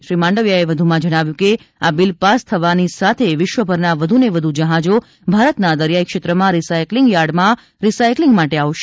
શ્રી માંડવિયાએ વધુમાં જણાવ્યુ હતું કે આ બિલ પાસ થવાની સાથે વિશ્વભરના વધુને વધુ જહાજો ભારતના દરિયાઈ ક્ષેત્રમાં રીસાઈકલીંગ યાર્ડમાં રીસાઈકલીંગ માટે આવશે